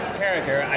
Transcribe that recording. character